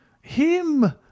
Him